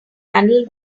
handle